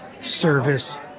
service